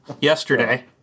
yesterday